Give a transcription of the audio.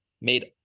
made